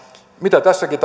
mitä tässäkin